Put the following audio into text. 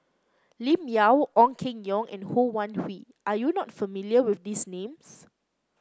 Lim Yau Ong Keng Yong and Ho Wan Hui are you not familiar with these names